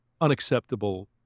unacceptable